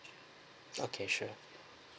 okay sure